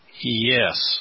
Yes